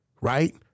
right